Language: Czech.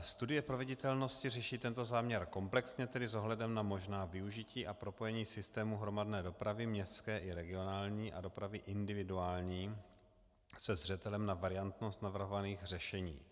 Studie proveditelnosti řeší tento záměr komplexně, tedy s ohledem na možná využití a propojení systému hromadné dopravy městské i regionální a dopravy individuální se zřetelem na variantnost navrhovaných řešení.